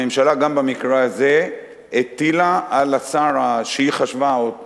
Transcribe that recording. הממשלה גם במקרה הזה הטילה על השר שהיא חשבה שהוא